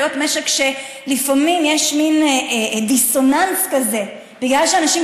חיות משק שלפעמים יש מין דיסוננס כזה: בגלל שאנשים